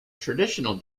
traditional